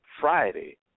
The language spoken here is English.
Friday